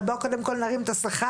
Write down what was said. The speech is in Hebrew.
אבל בואו קודם כל נרים את השכר.